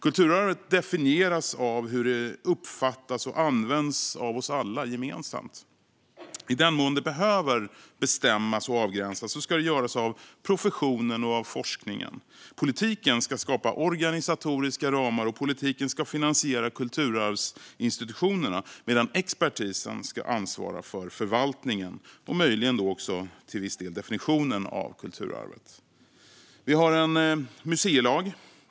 Kulturarvet definieras av hur det uppfattas och används av oss alla gemensamt. I den mån det behöver bestämmas och avgränsas ska det göras av professionen och forskningen. Politiken ska skapa organisatoriska ramar och finansiera kulturarvsinstitutionerna medan expertisen ska ansvara för förvaltningen och möjligen också till viss del definitionen av kulturarvet. Vi har en museilag.